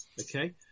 Okay